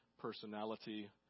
personality